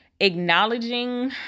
acknowledging